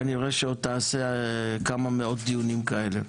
כנראה שעוד תעשה כמה מאות דיונים כאלה,